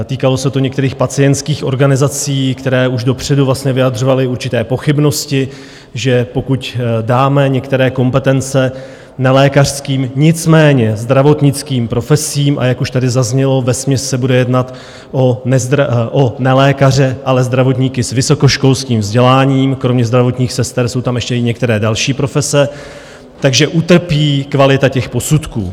Týkalo se to některých pacientských organizací, které už dopředu vyjadřovaly určité pochybnosti, že pokud dáme některé kompetence nelékařským, nicméně zdravotnickým profesím a jak už tady zaznělo, vesměs se bude jednat o nelékaře, ale zdravotníky s vysokoškolským vzděláním, kromě zdravotních sester jsou tam ještě i některé další profese tak že utrpí kvalita těch posudků.